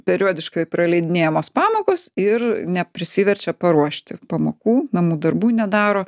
periodiškai praleidinėjamos pamokos ir neprisiverčia paruošti pamokų namų darbų nedaro